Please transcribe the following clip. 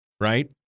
right